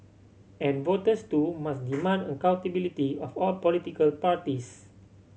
and voters too demand accountability of all political parties